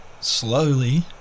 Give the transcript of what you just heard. slowly